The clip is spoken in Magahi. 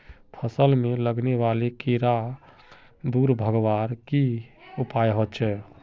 फसल में लगने वाले कीड़ा क दूर भगवार की की उपाय होचे?